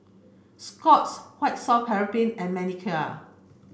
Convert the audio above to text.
Scott's White soft paraffin and Manicare